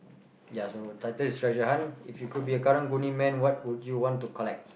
ya so title is treasure hunt if you could be a karang-guni man what would you want to collect